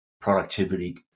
productivity